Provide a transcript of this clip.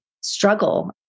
struggle